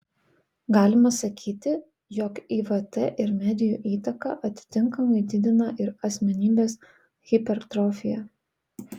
galima sakyti jog ivt ir medijų įtaka atitinkamai didina ir asmenybės hipertrofiją